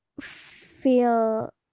feel